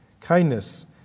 kindness